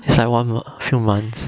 few months